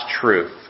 truth